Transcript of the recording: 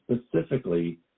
specifically